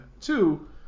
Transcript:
two